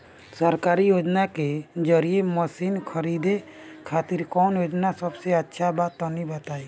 सरकारी योजना के जरिए मशीन खरीदे खातिर कौन योजना सबसे अच्छा बा तनि बताई?